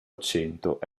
accento